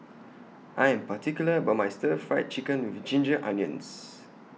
I Am particular about My Stir Fried Chicken with Ginger Onions